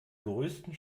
größten